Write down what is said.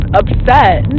upset